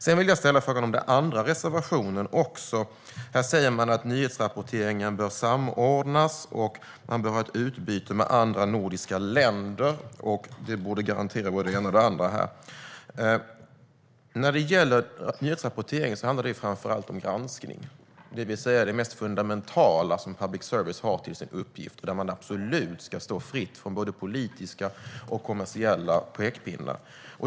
Sedan vill jag ställa en fråga om den andra reservationen. Ni säger att nyhetsrapporteringen bör samordnas och att man bör ha ett utbyte med andra nordiska länder, och det borde garantera både det ena och det andra. Nyhetsrapporteringen handlar ju framför allt om granskning, det vill säga det mest fundamentala som public service har till sin uppgift. Public service ska absolut stå fri från både politiska och kommersiella pekpinnar.